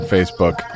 Facebook